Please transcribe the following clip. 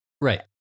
Right